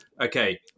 okay